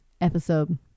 episode